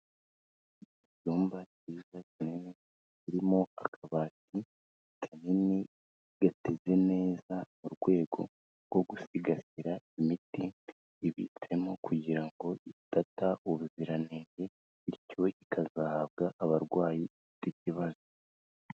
Icyumba kiza kinini kirimo akabati kanini gateze neza mu rwego rwo gusigasira imiti ibitsemo, kugira ngo idata ubuziranenge bityo ikazahabwa abarwayi ifite ikiibazo.